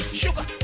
sugar